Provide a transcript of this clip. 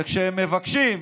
וכשהם מבקשים,